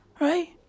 right